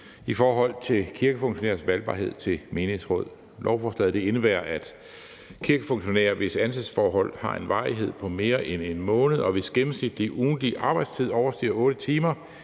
i forhold til kirkefunktionærers valgbarhed til menighedsråd. Lovforslaget indebærer, at kirkefunktionærer, hvis ansættelsesforhold har en varighed på mere end 1 måned, og hvis gennemsnitlige ugentlige arbejdstid overstiger 8 timer,